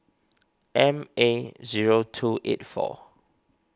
M A zero two eight four